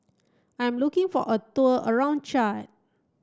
I am looking for a tour around Chad